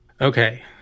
Okay